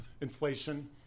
inflation